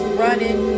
running